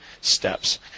steps